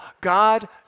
God